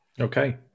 okay